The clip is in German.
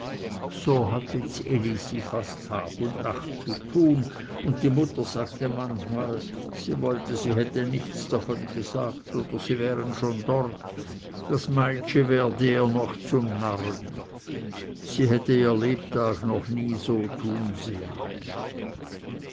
so hatte ds elisi fast tag und nacht zu tun und die mutter sagte manchmal sie wollte sie hätte nichts davon gesagt oder sie wären schon dort das meitschi werde ihr noch zum narren sie hätte ihr lebtag noch nie so tun sehn